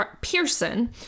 Pearson